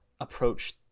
approach